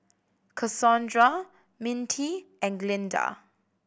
Cassondra Mintie and Glynda